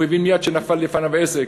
הוא הבין מייד שנפל לפניו עסק.